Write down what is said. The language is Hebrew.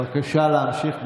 בבקשה להמשיך.